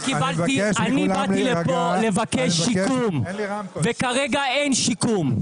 אני באתי לפה לבקש שיקום וכרגע אין שיקום.